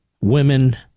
women